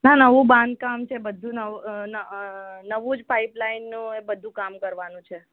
ના નવું બાંધકામ છે બધું ન નવું જ પાઈપલાઈનનું બધું કામ કરવાનું છે